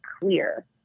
clear